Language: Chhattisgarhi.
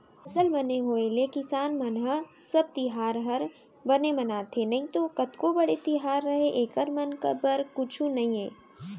फसल बने होय ले किसान मन ह सब तिहार हर बने मनाथे नइतो कतको बड़े तिहार रहय एकर मन बर कुछु नइये